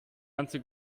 ganze